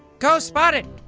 ghost spotted.